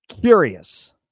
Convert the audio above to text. Curious